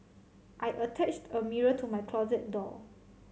I attached a mirror to my closet door